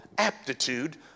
aptitude